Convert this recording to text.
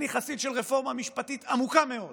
אני חסיד של רפורמה משפטית עמוקה מאוד.